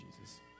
Jesus